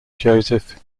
joseph